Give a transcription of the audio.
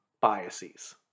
biases